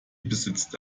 besitzt